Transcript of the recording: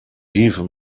even